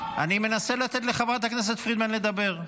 אני מנסה לתת לחברת הכנסת פרידמן לדבר,